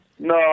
No